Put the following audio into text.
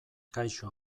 kaixo